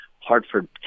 Hartford